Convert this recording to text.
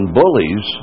bullies